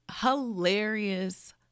Hilarious